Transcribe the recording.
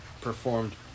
performed